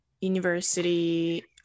university